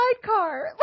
sidecar